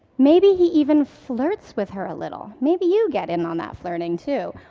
maybe, he even flirts with her a little. maybe you get in on that flirting, too.